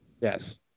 Yes